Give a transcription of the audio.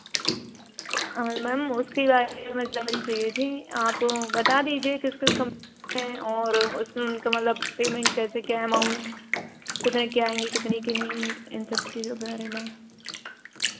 और मैम उसके बारे में जानकारी चाहिए थी आप बता दीजिए किस किस कंपनी में और उसमें मतलब पेमेंट कैसे क्या अमाउंट कितने के आएँगे कितने के नहीं इन सब चीज़ों के बारे में